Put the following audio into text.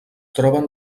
troben